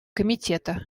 комитета